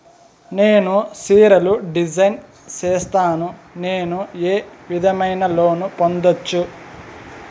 నేను చీరలు డిజైన్ సేస్తాను, నేను ఏ విధమైన లోను పొందొచ్చు